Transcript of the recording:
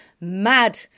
mad